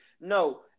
No